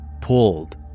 pulled